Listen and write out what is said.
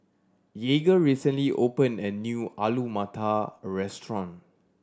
Jagger recently opened a new Alu Matar Restaurant